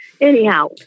Anyhow